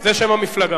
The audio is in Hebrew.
זה שם המפלגה.